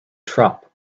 trap